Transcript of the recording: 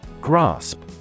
Grasp